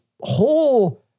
whole